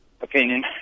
opinion